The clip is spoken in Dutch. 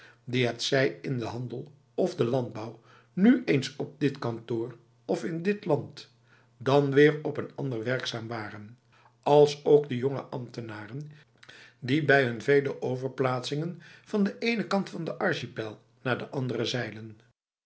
die hetzij in de handel of de landbouw nu eens op dit kantoor of dit land dan weer op een ander werkzaam waren alsook de jonge ambtenaren die bij hun vele overplaatsingen van de ene kant van de archipel naar de andere zeilen